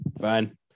Fine